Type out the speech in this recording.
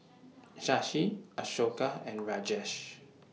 Shashi Ashoka and Rajesh